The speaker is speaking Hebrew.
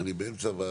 (מדבר בטלפון) "אני באמצע ועדה,